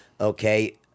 okay